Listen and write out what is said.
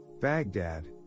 Baghdad